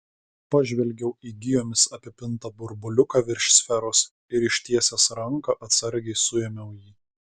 pažvelgiau į gijomis apipintą burbuliuką virš sferos ir ištiesęs ranką atsargiai suėmiau jį